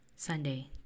Sunday